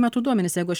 metų duomenys jeigu aš